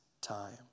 time